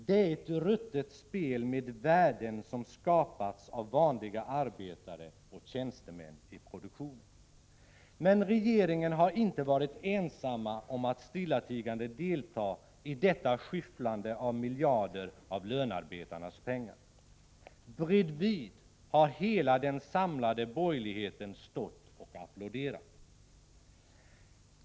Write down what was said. Det är ett ruttet spel med värden som skapats av vanliga arbetare och tjänstemän i produktionen. Men regeringen har inte varit ensam om att stillatigande delta i detta skyfflande av miljarder av lönarbetarnas pengar. Bredvid har hela den samlade borgerligheten stått och applåderat.